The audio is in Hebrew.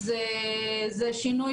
אז זה שינוי